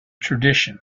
tradition